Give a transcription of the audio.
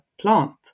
plant